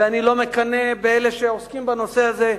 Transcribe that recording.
ואני לא מקנא באלה שעוסקים בנושא הזה,